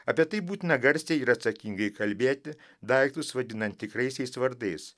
apie tai būtina garsiai ir atsakingai kalbėti daiktus vadinant tikraisiais vardais